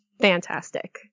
fantastic